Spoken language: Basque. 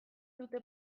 dute